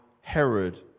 Herod